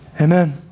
Amen